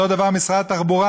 אותו דבר משרד התחבורה,